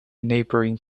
neighboring